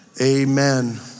amen